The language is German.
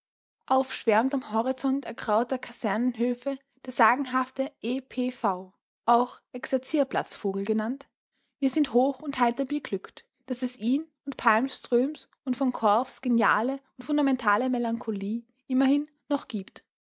auf schwärmt am horizont ergrauter kasernenhöfe der sagenhafte e p v auch exerzierplatzvogel genannt wir sind hoch und heiter beglückt daß es ihn und palmströms und v korfs fundamentale melancholie immerhin noch gibt